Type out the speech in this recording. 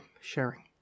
sharing